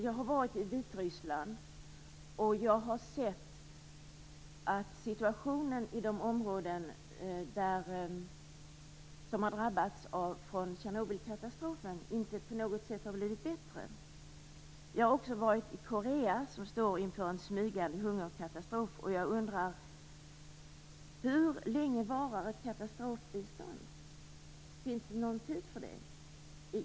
Jag har varit i Vitryssland och har sett att situationen i de områden som har drabbats av Tjernobylkatastrofen inte på något sätt har blivit bättre. Jag har också varit i Korea som står inför en smygande hungerkatastrof, och jag undrar: Hur länge varar ett katastrofbistånd? Finns det någon tidsram för det?